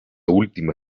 última